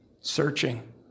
searching